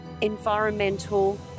environmental